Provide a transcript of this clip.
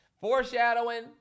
Foreshadowing